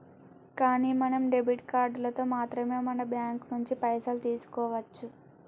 కానీ మనం డెబిట్ కార్డులతో మాత్రమే మన బ్యాంకు నుంచి పైసలు తీసుకోవచ్చు